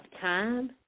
time